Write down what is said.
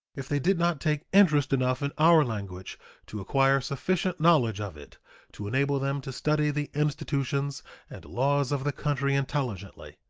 if they did not take interest enough in our language to acquire sufficient knowledge of it to enable them to study the institutions and laws of the country intelligently,